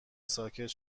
ساکت